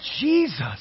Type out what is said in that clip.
Jesus